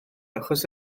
achos